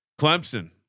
Clemson